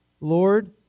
Lord